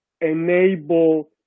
enable